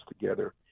together